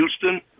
Houston